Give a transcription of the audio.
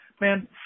Man